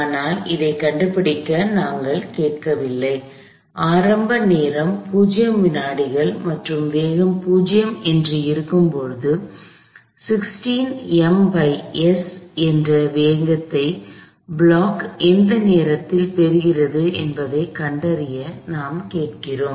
ஆனால் அதைக் கண்டுபிடிக்க நாங்கள் கேட்கவில்லை ஆரம்ப நேரம் 0 வினாடிகள் மற்றும் வேகம் 0 என்று இருக்கும் போது 16 ms என்ற வேகத்தை பிளாக் எந்த நேரத்தில் பெறுகிறது என்பதைக் கண்டறிய நாங்கள் கேட்கிறோம்